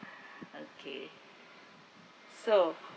okay so